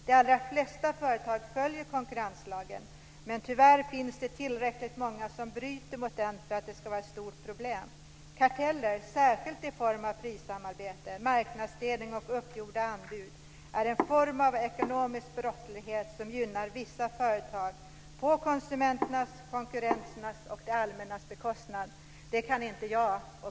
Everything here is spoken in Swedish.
De allra flesta företag följer konkurrenslagen, men tyvärr finns det tillräckligt många som bryter mot den för att det ska vara ett stort problem. Karteller, särskilt i form av prissamarbete, marknadsdelning och uppgjorda anbud, är en form av ekonomisk brottslighet som gynnar vissa företag på konsumenternas, konkurrenternas och det allmännas bekostnad." Det kan inte jag och